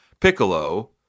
Piccolo